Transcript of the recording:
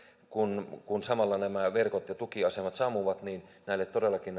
kun kun samalla verkot ja tukiasemat sammuvat todellakin